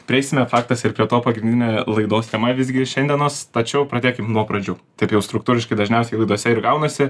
prieisime faktas ir prie to pagrindinė laidos tema visgi šiandienos tačiau pradėkim nuo pradžių taip jau struktūriškai dažniausiai laidose ir gaunasi